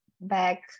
back